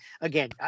again